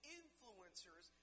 influencers